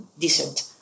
decent